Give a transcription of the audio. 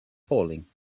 falling